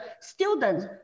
students